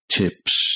tips